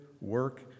work